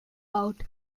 out